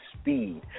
speed